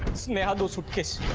ah the suitcase?